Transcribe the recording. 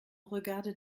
regarde